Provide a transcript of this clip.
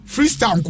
Freestyle